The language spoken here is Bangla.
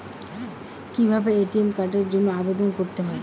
কিভাবে এ.টি.এম কার্ডের জন্য আবেদন করতে হয়?